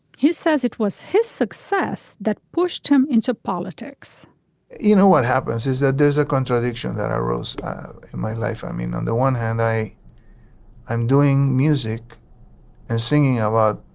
says it was his success that pushed him into politics you know what happens is that there's a contradiction that arose in my life. i mean on the one hand i am doing music and singing a lot.